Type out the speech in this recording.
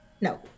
no